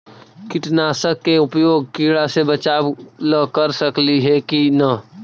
कीटनाशक के उपयोग किड़ा से बचाव ल कर सकली हे की न?